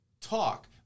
Talk